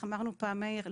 איך אמר לנו פעם מאיר?